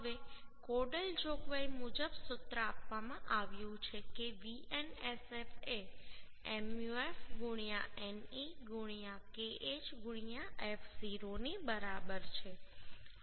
હવે કોડલ જોગવાઈ મુજબ સૂત્ર આપવામાં આવ્યું છે કે Vnsf એ Muf ne Kh F0 ની બરાબર છે